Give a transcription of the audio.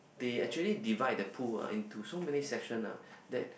they actually divide the pool ah into so many sections ah that